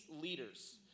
leaders